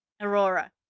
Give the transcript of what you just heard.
Aurora